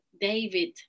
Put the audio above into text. David